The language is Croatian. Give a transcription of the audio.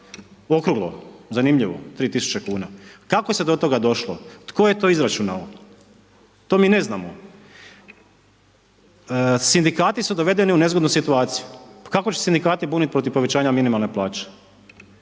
okruglo, zanimljivo, 3000 kuna. Kako se do toga došlo, tko je to izračunao, to mi ne znamo. Sindikati su dovedeni u nezgodnu situaciju, kako će se sindikati buniti protiv povećanja minimalne plaće?